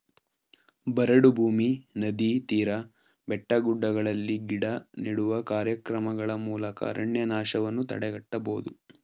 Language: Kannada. ಬರಡು ಭೂಮಿ, ನದಿ ತೀರ, ಬೆಟ್ಟಗುಡ್ಡಗಳಲ್ಲಿ ಗಿಡ ನೆಡುವ ಕಾರ್ಯಕ್ರಮಗಳ ಮೂಲಕ ಅರಣ್ಯನಾಶವನ್ನು ತಡೆಗಟ್ಟಬೋದು